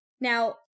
Now